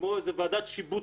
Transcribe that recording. כמו ועדת שיבוט.